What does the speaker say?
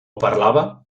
parlava